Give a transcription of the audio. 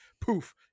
poof